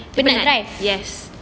yes